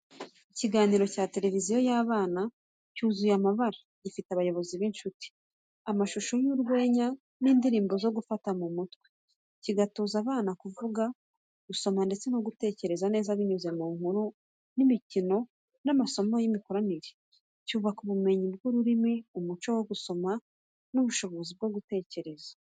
Ikiganiro cya televiziyo cy’abana cyuzuye amabara gifite abayobozi b’inshuti, amashusho y’urwenya, n’indirimbo zo gufata mu mutwe, kigatoza abana kuvuga, gusoma no gutekereza neza. Binyuze mu nkuru, imikino, n’amasomo y’imikoranire, cyubaka ubumenyi bw’ururimi, umuco wo gusoma n’ubushobozi bwo gutekereza.